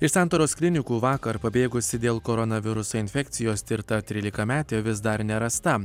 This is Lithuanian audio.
iš santaros klinikų vakar pabėgusi dėl koronaviruso infekcijos tirta trylikametė vis dar nerasta